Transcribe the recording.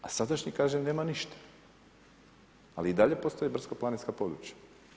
A sadašnji kaže nema ništa, ali i dalje postoje brdsko planinska područja.